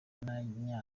n’abanya